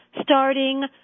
starting